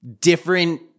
different